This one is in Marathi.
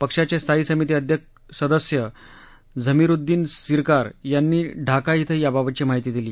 पक्षाचे स्थायी समिती सदस्य झमीरूद्वीन सीरकार यांनी ढाका इथं याबाबतची माहिती दिली